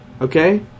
Okay